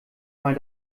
mal